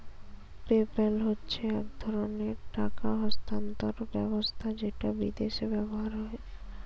PayPal হচ্ছে এক ধরণের টাকা স্থানান্তর ব্যবস্থা যেটা বিদেশে ব্যবহার হয়